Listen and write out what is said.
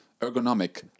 ergonomic